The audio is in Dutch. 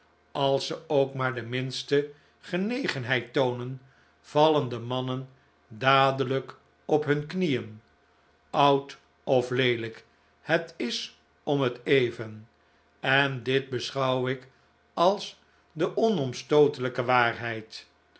als ze ook maar de minste genegenheid toonen vallen de mannen dadelijk op hun knieen oud of leelijk het is om het even en dit beschouw ik als de onomstootelijke waarheid